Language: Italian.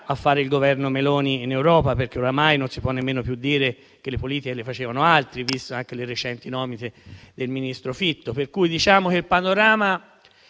a fare il Governo Meloni in Europa, perché oramai non si può nemmeno più dire che le politiche le facevano altri, vista anche la recente nomina del ministro Fitto. Diciamo pertanto che il panorama